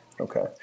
okay